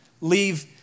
Leave